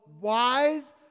wise